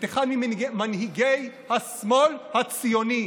את אחד ממנהיגי השמאל הציוני,